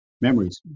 memories